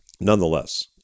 nonetheless